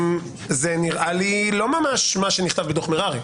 זה נראה לי לא ממש מה שנכתב בדוח מררי,